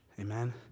amen